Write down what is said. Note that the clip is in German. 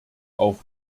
auch